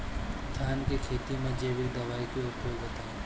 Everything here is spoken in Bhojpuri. धान के खेती में जैविक दवाई के उपयोग बताइए?